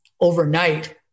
overnight